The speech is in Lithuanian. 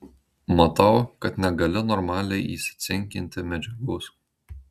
matau kad negali normaliai įsicinkinti medžiagos